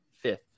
fifth